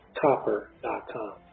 Copper.com